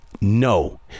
No